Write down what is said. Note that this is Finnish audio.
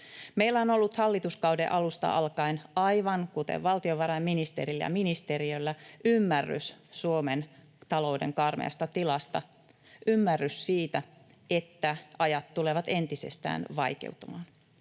Meillä on ollut hallituskauden alusta alkaen, aivan kuten valtiovarainministerillä ja ‑ministeriöllä, ymmärrys Suomen talouden karmeasta tilasta, ymmärrys siitä, että ajat tulevat entisestään vaikeutumaan.